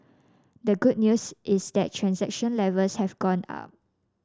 the good news is that transaction levels have gone up